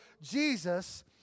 Jesus